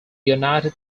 united